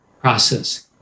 process